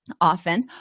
often